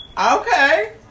okay